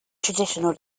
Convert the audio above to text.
traditional